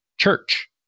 church